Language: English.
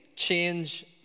change